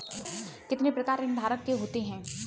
कितने प्रकार ऋणधारक के होते हैं?